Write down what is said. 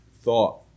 thought